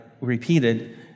repeated